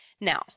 Now